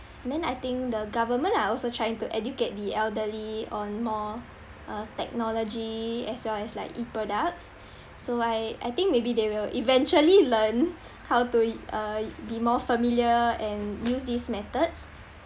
and then I think the government are also trying to educate the elderly on more uh technology as well as like E products so I I think maybe they will eventually learn how to uh be more familiar and use these methods